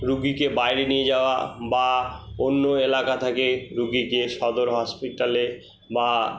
রুগীকে বাইরে নিয়ে যাওয়া বা অন্য এলাকা থেকে রুগীকে সদর হসপিটালে বা